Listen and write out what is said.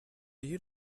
you